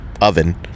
oven